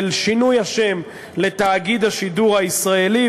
של שינוי השם ל"תאגיד השידור הישראלי",